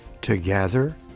together